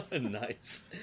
Nice